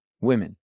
women